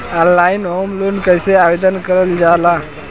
Online home loan कैसे आवेदन करल जा ला?